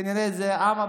כנראה זה העם,